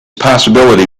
possibility